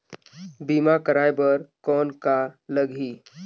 बीमा कराय बर कौन का लगही?